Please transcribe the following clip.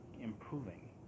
improving